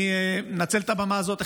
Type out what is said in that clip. אני אנצל את הבמה הזאת,